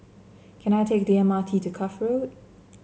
can I take the M R T to Cuff Road